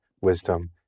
wisdom